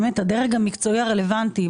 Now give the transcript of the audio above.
באמת הדרך המקצועי הרלוונטי,